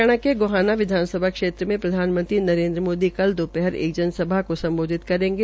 हरियाणा के गोहाना विधानसभा क्षेत्र में प्रधानमंत्री नरेन्द्र मोदी कल दोपहर एक जनसभा को सम्बोधित करेंगे